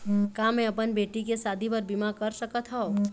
का मैं अपन बेटी के शादी बर बीमा कर सकत हव?